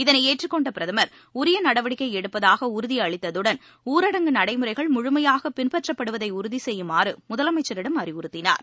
இதனை ஏற்றுக் கொண்ட பிரதமர் உரிய நடவடிக்கை எடுப்பதாக உறுதியளித்ததுடன் ஊரடங்கு நடைமுறைகள் முழுமையாகப் பின்பற்றப்படுவதை உறுதி செய்யுமாறு முதலமைச்சரிடம் அறிவுறுத்தினார்